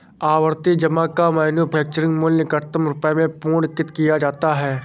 आवर्ती जमा का मैच्योरिटी मूल्य निकटतम रुपये में पूर्णांकित किया जाता है